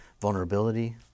vulnerability